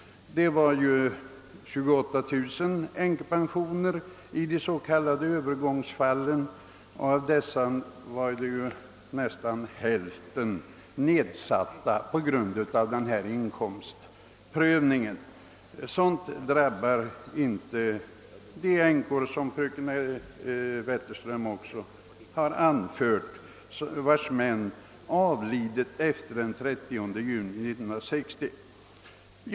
Det finns 28000 änkepensioner i de s.k. övergångsfallen, och av dessa pensioner är nästan hälften nedsatta på grund av inkomstprövningen. Någon sådan nedsättning drabbar inte, såsom fröken Wetterström också framhöll, de änkor vilkas män avlidit efter den 30 juni 1960.